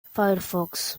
firefox